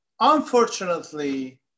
Unfortunately